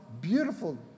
beautiful